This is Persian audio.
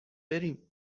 بریم